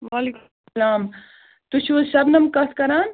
وَعلیکُم السَلام تُہۍ چھو حظ شبنَم کَتھ کَران